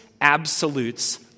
absolutes